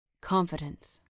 Confidence